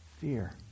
Fear